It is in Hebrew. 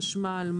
חשמל,